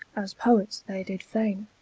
as poets they did faine.